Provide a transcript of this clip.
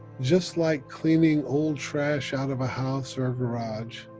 just like cleaning old trash out of a house or a garage,